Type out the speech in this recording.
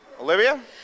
Olivia